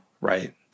right